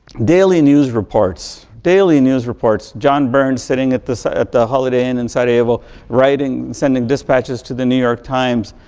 daily news reports, daily news reports. john borne sitting at ah at the holiday inn in sarajevo writing sending dispatches to the new york times.